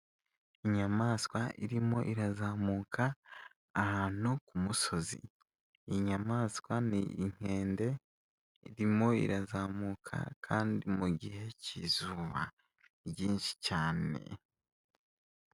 Inyamaswa irimo irazamuka ahantu ku musozi. Iyi nyamaswa ni inkende, irimo irazamuka kandi mu gihe cy'izuba ryinshi cyane.